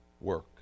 work